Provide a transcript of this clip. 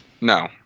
no